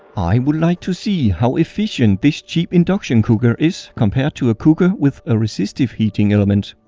i would like to see how efficient this cheap induction cooker is compared to a cooker with a resistive heating element.